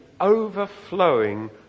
overflowing